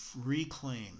reclaim